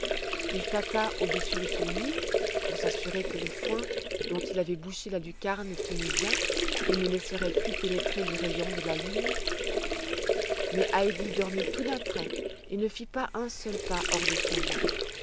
il tâta au-dessus de son lit pour s'assurer que le foin dont il avait bouché la lucarne tenait bien et ne laisserait plus pénétrer les rayons de la lune mais heidi dormit tout d'un trait et ne fit pas un seul pas hors de son lit